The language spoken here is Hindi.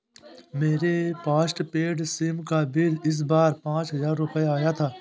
मेरे पॉस्टपेड सिम का बिल इस बार पाँच हजार रुपए आया था